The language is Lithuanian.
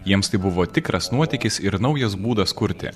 jiems tai buvo tikras nuotykis ir naujas būdas kurti